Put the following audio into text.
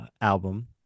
album